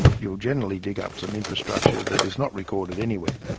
you'll generally dig up some infrastructure that is not recorded anywhere.